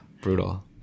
brutal